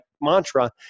mantra